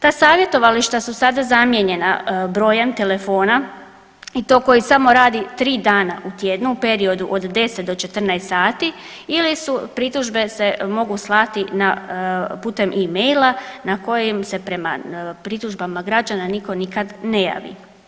Ta savjetovališta su sada zamijenjena brojem telefona i to koji samo radi 3 dana u tjednu u periodu od 10 do 14 sati ili su pritužbe se mogu slati putem e-maila na kojem se prema pritužbama građana nitko nikad ne javi.